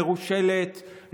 מרושלת,